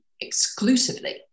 exclusively